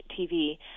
TV